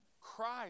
Christ